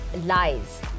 lies